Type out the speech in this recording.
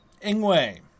Ingwe